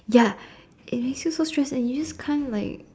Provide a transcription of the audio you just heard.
ya and you feel so stressed and you just can't like